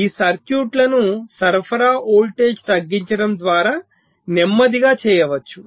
ఈ సర్క్యూట్లను సరఫరా వోల్టేజ్ తగ్గించడం ద్వారా నెమ్మదిగా చేయవచ్చు